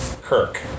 Kirk